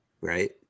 right